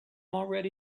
already